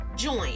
join